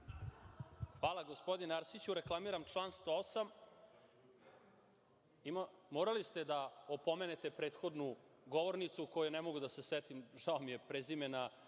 Hvala gospodine Arsiću. Reklamiram član 108. Morali ste da opomenete prethodnu govornicu, kojoj ne mogu da se setim, žao mi je, prezimena